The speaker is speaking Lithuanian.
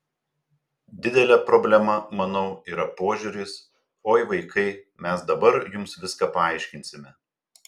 didelė problema manau yra požiūris oi vaikai mes dabar jums viską paaiškinsime